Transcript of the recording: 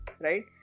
Right